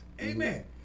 Amen